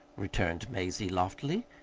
returned mazie loftily.